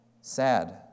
sad